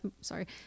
sorry